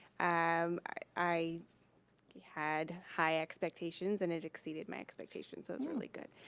um i had high expectations and it exceeded my expectations, it was really good.